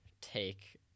take